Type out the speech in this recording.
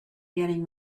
getting